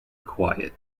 quiet